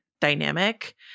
dynamic